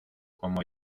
como